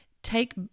take